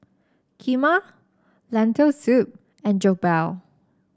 Kheema Lentil Soup and Jokbal